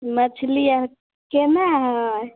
मछली आर कोना है